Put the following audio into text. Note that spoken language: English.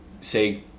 say